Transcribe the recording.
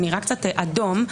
זה נראה קצת אדום,